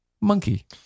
Monkey